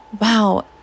wow